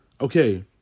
Okay